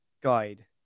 guide